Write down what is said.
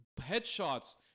headshots